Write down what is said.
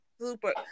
Super